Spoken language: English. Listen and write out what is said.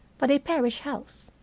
but a parish house.